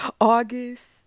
August